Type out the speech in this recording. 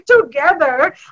together